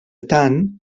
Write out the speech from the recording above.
tant